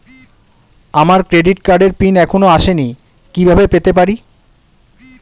আমার ক্রেডিট কার্ডের পিন এখনো আসেনি কিভাবে পেতে পারি?